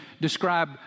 describe